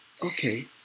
Okay